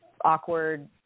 awkward